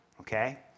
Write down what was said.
okay